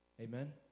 Amen